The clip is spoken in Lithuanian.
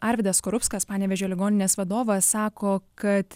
arvydas skorupskas panevėžio ligoninės vadovas sako kad